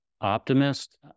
Optimist